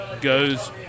goes